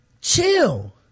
chill